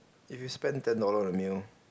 if you spend ten dollar on a meal